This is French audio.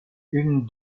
une